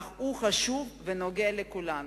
אך הוא חשוב ונוגע לכולנו.